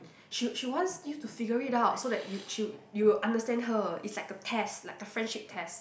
she she wants you to figure it out so that you she w~ you will understand her it's like a test like a friendship test